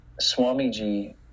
Swamiji